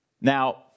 Now